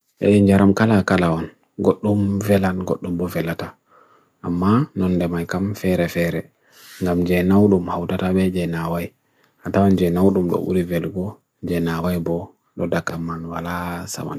E'in jaram kala kala wan, gotum velan gotum bo velata. Amma nondem ekam fere fere nam jenawdum hawdata me jenawai. Ata wan jenawdum go uli velgo jenawai bo dodakaman wala saman.